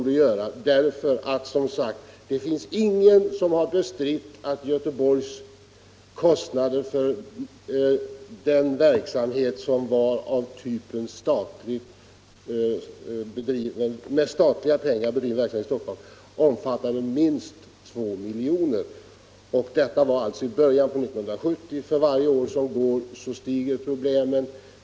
Det är som sagt ingen som har förnekat att Göteborgs kostnader för denna verksamhet, som i Stockholm bedrivs med statliga pengar, omfattade minst 2 milj.kr. i början av 1970-talet. För varje år som går ökar problemen.